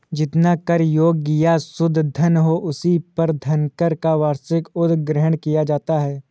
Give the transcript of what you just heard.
जितना कर योग्य या शुद्ध धन हो, उसी पर धनकर का वार्षिक उद्ग्रहण किया जाता है